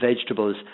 vegetables